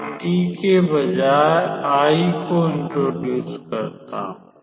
तो t के बजाय i को इंटरोड्यूज करता हूं